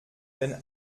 den